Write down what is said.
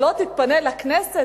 שלא תתפנה לכנסת,